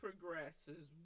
progresses